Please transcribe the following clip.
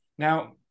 Now